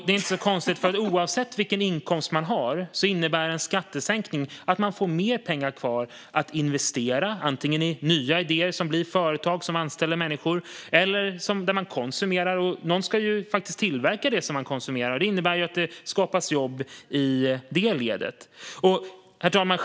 Det är inte så konstigt, för oavsett vilken inkomst man har innebär en skattesänkning att man får mer pengar kvar att investera antingen i nya idéer som blir företag som anställer människor eller i något som man konsumerar, och någon ska ju faktiskt tillverka det som konsumeras, vilket innebär att det skapas jobb i det ledet. Herr talman!